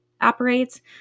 operates